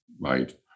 right